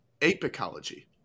apicology